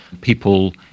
people